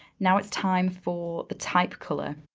now it's time for the type color.